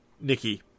Nikki